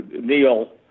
Neil